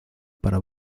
para